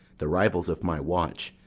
the rivals of my watch,